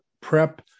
PrEP